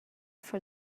for